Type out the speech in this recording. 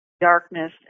darkness